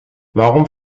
warum